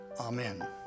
amen